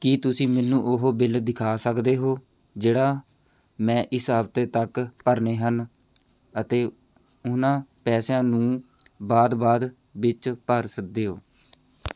ਕੀ ਤੁਸੀਂਂ ਮੈਨੂੰ ਉਹ ਬਿੱਲ ਦਿਖਾ ਸਕਦੇ ਹੋ ਜਿਹੜਾ ਮੈਂ ਇਸ ਹਫ਼ਤੇ ਤੱਕ ਭਰਨੇ ਹਨ ਅਤੇ ਉਹਨਾਂ ਪੈਸਿਆਂ ਨੂੰ ਬਾਅਦ ਬਾਅਦ ਵਿੱਚ ਭਰ ਸਕਦੇ ਹੋ